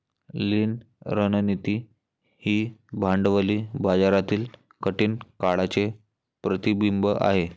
लीन रणनीती ही भांडवली बाजारातील कठीण काळाचे प्रतिबिंब आहे